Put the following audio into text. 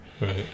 Right